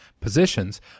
positions